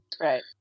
Right